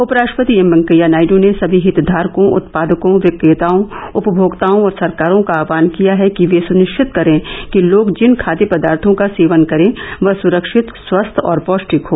उपराष्ट्रपति एम वेंकैया नायडू ने सभी हितधारकों उत्पादकों विक्रेताओं उपमोक्ताओं और सरकारों का आह्वान किया है कि वे सुनिश्चित करें कि लोग जिन खाद्य पदार्थो का सेवन करें वह सुरक्षित स्वस्थ और पौष्टिक हो